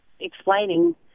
explaining